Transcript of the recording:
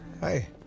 Hi